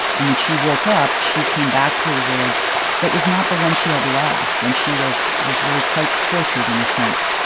and when she woke up, she came back to a world that was not the one she had left. and she was was really quite tortured, in a sense,